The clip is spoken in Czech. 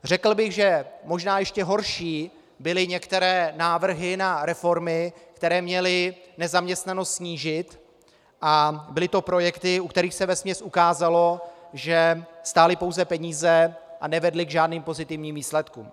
Řekl bych, že možná ještě horší byly některé návrhy na reformy, které měly nezaměstnanost snížit, a byly to projekty, u kterých se vesměs ukázalo, že stály pouze peníze a nevedly k žádným pozitivním výsledkům.